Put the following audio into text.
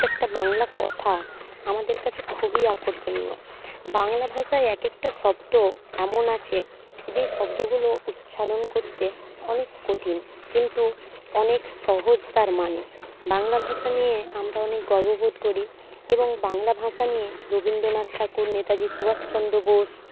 প্রত্যেকটা বাংলা কথা আমাদের কাছে খুবই আকর্ষণীয় বাংলা ভাষায় একেকটা শব্দ এমন আছে যেই শব্দগুলো উচ্চারণ করতে অনেক কঠিন কিন্তু অনেক সহজ তার মানে বাংলা ভাষা নিয়ে আমরা অনেক গর্ববোধ করি এবং বাংলা ভাষা নিয়ে রবীন্দ্রনাথ ঠাকুর নেতাজি সুভাষচন্দ্র বোস